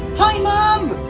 hi mom!